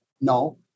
No